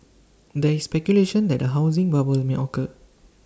there is speculation that A housing bubble may occur